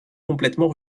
complètement